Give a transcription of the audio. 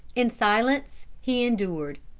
in silence he endured.